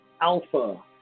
Alpha